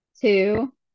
two